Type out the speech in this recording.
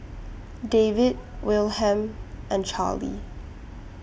David Wilhelm and Charlie